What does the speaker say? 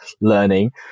Learning